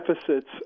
deficits